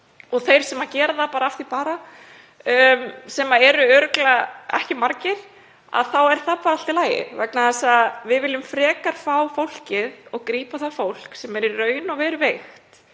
og þeir sem gera það bara af því bara, sem eru örugglega ekki margir — þá er það bara allt í lagi vegna þess að við viljum frekar fá fólkið og grípa það fólk sem er veikt og er í